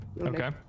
Okay